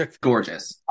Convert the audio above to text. gorgeous